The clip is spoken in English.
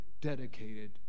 dedicated